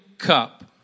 Cup